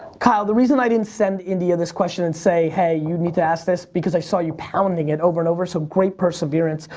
kyle, the reason i didn't send india this question and say, hey, you need to ask this. because i saw you pounding it over and over. so, great perseverance.